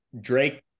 Drake